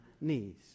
knees